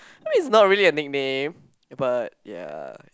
I mean it's not really a nickname but ya